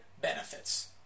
benefits